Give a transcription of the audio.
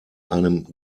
einem